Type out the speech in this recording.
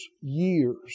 Years